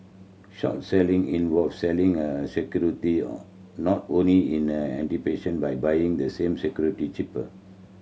short selling involves selling a security not owned in a anticipation of buying the same security cheaper